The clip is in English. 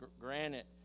Granite